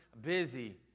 busy